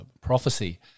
prophecy